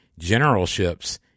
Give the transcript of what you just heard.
generalships